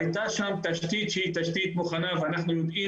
הייתה שם תשתית שהיא תשתית מוכנה ואנחנו יודעים